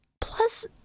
Plus